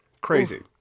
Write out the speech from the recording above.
Crazy